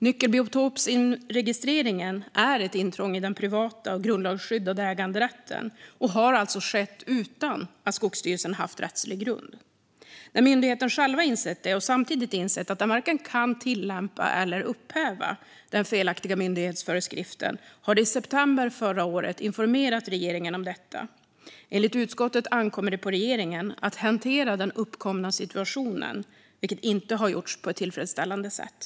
Nyckelbiotopsregistreringen är ett intrång i den privata och grundlagsskyddade äganderätten och har alltså skett utan att Skogsstyrelsen haft rättslig grund. När myndigheten själv insett det och samtidigt insett att den varken kan tillämpa eller upphäva den felaktiga myndighetsföreskriften har den i september förra året informerat regeringen om detta. Enligt utskottet ankommer det på regeringen att hantera den uppkomna situationen, vilket inte har gjorts på ett tillfredsställande sätt.